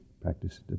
practice